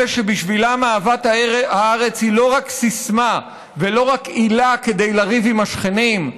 אלה שבשבילם אהבת הארץ היא לא רק סיסמה ולא רק עילה לריב עם השכנים,